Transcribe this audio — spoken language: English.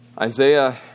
Isaiah